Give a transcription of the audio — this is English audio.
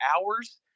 hours